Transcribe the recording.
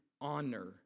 honor